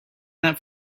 that